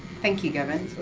thank you, gavin.